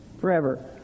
forever